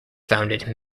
founded